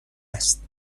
است